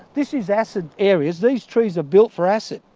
this is acid areas, these trees are built for acid,